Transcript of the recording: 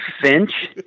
Finch